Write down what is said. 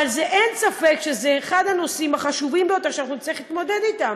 אבל אין ספק שזה אחד הנושאים החשובים ביותר שאנחנו נצטרך להתמודד אתם.